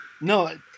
No